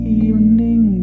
evening